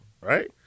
right